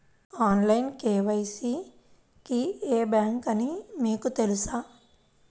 Online KYC కి ఏ bank అని మీకు తెలుసా?